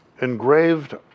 engraved